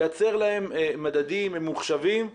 לייצר להם מדדים ממוחשבים,